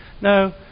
No